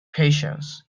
patience